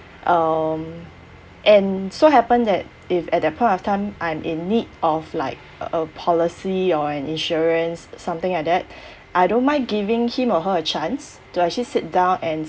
um and so happen that if at that point of time I'm in need of like a policy or an insurance something like that I don't mind giving him or her a chance to actually sit down and